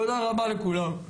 תודה רבה לכולם.